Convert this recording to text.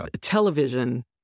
television